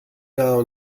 now